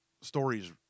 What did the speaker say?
stories